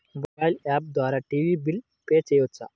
Mobile app ద్వారా TV bill pay చేయవచ్చా?